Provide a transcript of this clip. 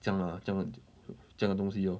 这样 lah 这样这样的东西 lor